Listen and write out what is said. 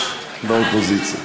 שנדרש באופוזיציה.